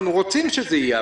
אנחנו רוצים שזה יהיה.